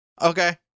okay